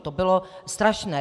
To bylo strašné.